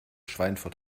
schweinfurt